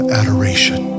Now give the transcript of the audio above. adoration